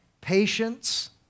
patience